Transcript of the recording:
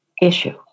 issue